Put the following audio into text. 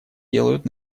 делают